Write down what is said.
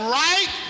right